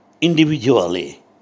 individually